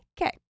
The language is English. Okay